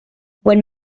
when